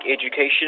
Education